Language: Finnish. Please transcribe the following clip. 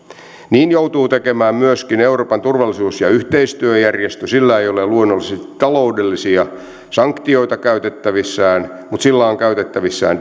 niin joutuu tekemään myöskin euroopan turvallisuus ja yhteistyöjärjestö sillä ei ole luonnollisesti taloudellisia sanktioita käytettävissään mutta sillä on käytettävissään